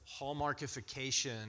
hallmarkification